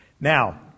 Now